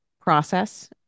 process